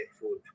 food